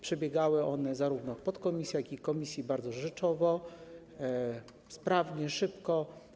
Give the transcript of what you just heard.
Przebiegały one zarówno w podkomisji, jak i w komisji bardzo rzeczowo, sprawnie i szybko.